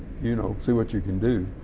you know, see what you can do.